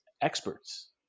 experts